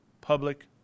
public